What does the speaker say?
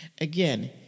Again